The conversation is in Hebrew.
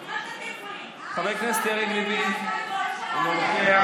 חבר הכנסת יריב לוין, אינו נוכח.